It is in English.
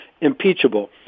impeachable